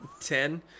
Ten